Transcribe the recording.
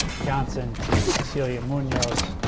johnson to cecilia munoz,